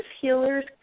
healers